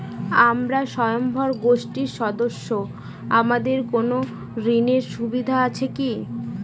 আমরা স্বয়ম্ভর গোষ্ঠীর সদস্য আমাদের কোন ঋণের সুযোগ আছে কি?